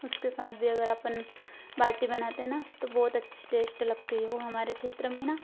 उसके साथ भी अगर आपन बाटी बनाते न तो बहुत अच्छी टेस्ट लगती है वह हमारे क्षेत्र में न